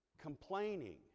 complaining